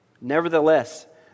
Nevertheless